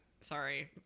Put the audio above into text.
sorry